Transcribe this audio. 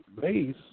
base